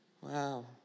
Wow